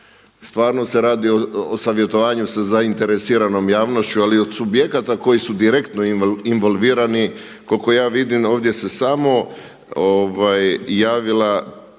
stvarno se radi o savjetovanju sa zaineresiranom javnošću ali od subjekata koji su direktno involvirani. Koliko ja vidim ovdje se samo javila